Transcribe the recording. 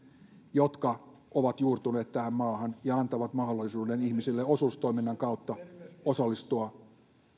jotka ovat juurtuneet tähän maahan ja antavat mahdollisuuden ihmisille osuustoiminnan kautta osallistua